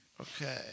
Okay